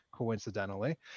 Coincidentally